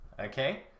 Okay